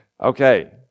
Okay